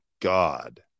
god